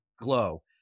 glow